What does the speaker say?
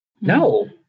No